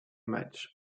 match